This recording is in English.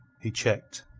he checked.